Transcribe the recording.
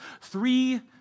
three